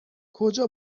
کجا